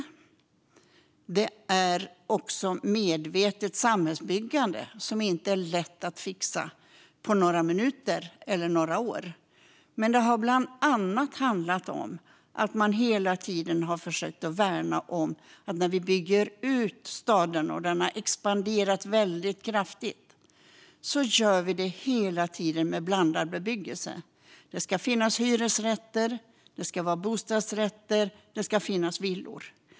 Staden är medvetet samhällsbyggande, som inte är lätt att fixa på några minuter eller några år. Det har bland annat handlat om att hela tiden värna om att när staden byggs ut - den har expanderat kraftigt - ska det hela tiden ske med blandad bebyggelse. Det ska finnas hyresrätter, bostadsrätter och villor.